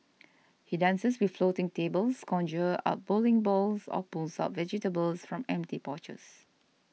he dances with floating tables conjures up bowling balls or pulls out vegetables from empty pouches